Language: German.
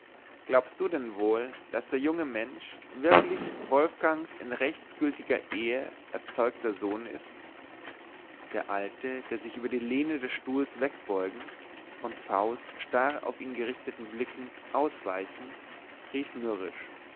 glaubst du denn wohl daß der junge mensch wirklich wolfgangs in rechtsgültiger ehe erzeugter sohn ist der alte sich über die lehne des stuhls wegbeugend und v s starr auf ihn gerichteten blicken ausweichend rief mürrisch